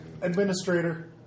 Administrator